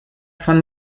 von